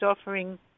offering